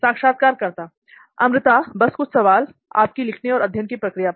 साक्षात्कारकर्ता अमृता बस कुछ सवाल आपकी लिखने और अध्ययन की प्रक्रिया पर